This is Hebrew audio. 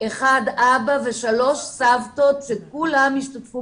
אבא אחד ושלוש סבתות וכולם השתתפו